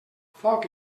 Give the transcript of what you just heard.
foc